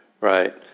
right